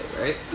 right